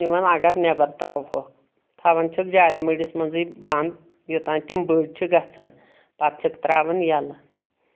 لٲش نِوان اگر نؠبر ترٛاوہوکھ تھاوان چھکھ جال مٔڈِس منٛزٕے بنٛد یوٚتانۍ تِم بٔڑۍ چھِ گژھان پَتہٕ چھِکھ ترٛاوَان یَلہٕ